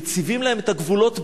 מציבים להם את הגבולות ביחד,